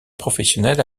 professionnelle